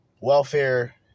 Welfare